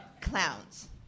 clowns